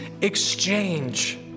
exchange